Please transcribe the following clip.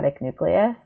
nucleus